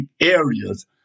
areas